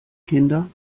kinder